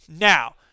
Now